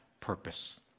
purpose